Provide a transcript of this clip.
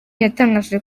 yatangaje